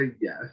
yes